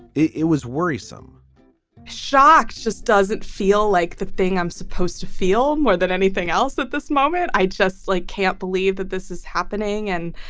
it it was worrisome shocked. just doesn't feel like the thing i'm supposed to feel more than anything else at this moment. i just like can't believe that this is happening and.